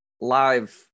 live